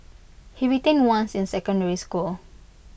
he retained once in secondary school